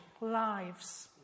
lives